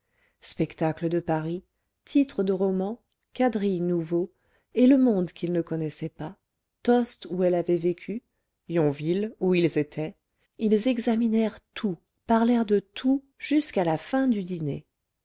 spectacles de paris titres de romans quadrilles nouveaux et le monde qu'ils ne connaissaient pas tostes où elle avait vécu yonville où ils étaient ils examinèrent tout parlèrent de tout jusqu'à la fin du dîner